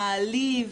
מעליב,